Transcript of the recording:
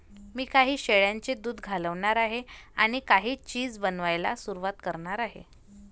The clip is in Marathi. मी काही शेळ्यांचे दूध घालणार आहे आणि काही चीज बनवायला सुरुवात करणार आहे